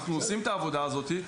אנחנו עושים את העבודה הזאת.